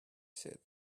said